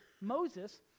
Moses